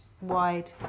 wide